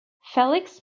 felix